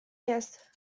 jest